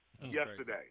Yesterday